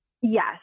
yes